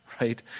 Right